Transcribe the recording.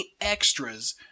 extras